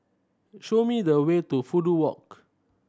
show me the way to Fudu Walk